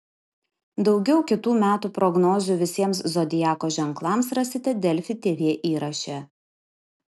daugiau kitų metų prognozių visiems zodiako ženklams rasite delfi tv įraše